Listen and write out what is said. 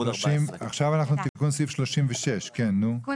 עכשיו אנחנו בתיקון סעיף 36. תיקון